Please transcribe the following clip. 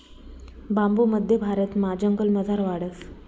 बांबू मध्य भारतमा जंगलमझार वाढस